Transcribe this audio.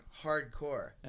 Hardcore